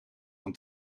van